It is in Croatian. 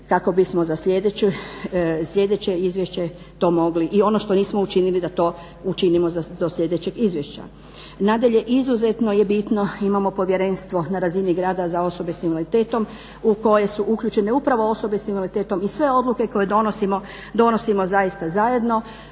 kako bismo za sljedeće izvješće to mogli i ono što nismo učinili da to učinimo do sljedećeg izvješća. Nadalje, izuzetno je bitno imamo povjerenstvo na razini grada za osobe s invaliditetom u koje su uključene upravo osobe s invaliditetom i sve odluke koje donosimo, donosimo zaista zajedno